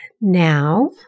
now